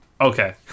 Okay